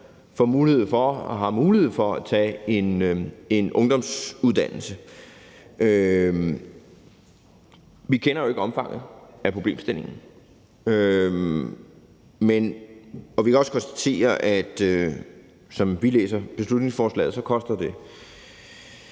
har mulighed for at tage en ungdomsuddannelse. Vi kender ikke omfanget af problemstillingen, og vi kan også konstatere, at det, som vi læser beslutningsforslaget, koster i